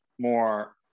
more